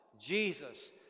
Jesus